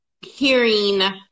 hearing